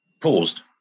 paused